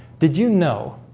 did you know?